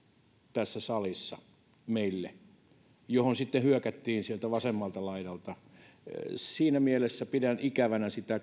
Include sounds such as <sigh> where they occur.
tässä salissa meille ja sitä vastaan sitten hyökättiin sieltä vasemmalta laidalta niin siinä mielessä pidän ikävänä sitä <unintelligible>